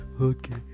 Okay